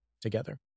together